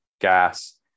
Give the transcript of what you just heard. gas